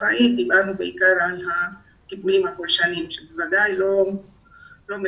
בתקופה ההיא דיברנו בעיקר על הטיפולים הפולשניים שבוודאי לא ניתן